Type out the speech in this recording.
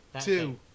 Two